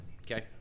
Okay